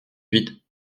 huit